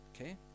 okay